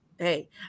Hey